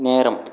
நேரம்